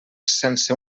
sense